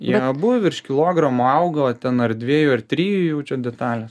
jie abu virš kilogramo augo ten ar dviejų ar trijų jau čia detalės